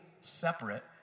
separate